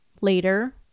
later